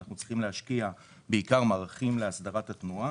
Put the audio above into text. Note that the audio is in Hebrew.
אנחנו בעיקר צריכים להשקיע מערכים להסדרת התנועה.